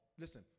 Listen